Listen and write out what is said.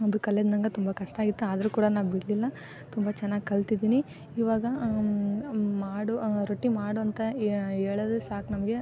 ಅದು ಕಲಿಯೋದು ನನ್ಗೆ ತುಂಬ ಕಷ್ಟ ಆಗಿತ್ತು ಆದರೂ ಕೂಡ ನಾನು ಬಿಡಲಿಲ್ಲ ತುಂಬ ಚೆನ್ನಾಗಿ ಕಲ್ತಿದ್ದೀನಿ ಇವಾಗ ಮಾಡು ರೊಟ್ಟಿ ಮಾಡು ಅಂತ ಹೇಳೋದೆ ಸಾಕು ನಮಗೆ